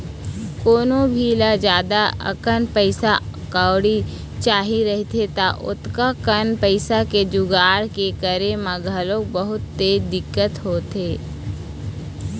कोनो भी ल जादा अकन पइसा कउड़ी चाही रहिथे त ओतका कन पइसा के जुगाड़ के करे म घलोक बहुतेच दिक्कत होथे